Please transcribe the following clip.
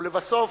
ולבסוף,